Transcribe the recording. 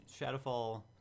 Shadowfall